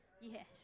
Yes